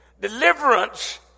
Deliverance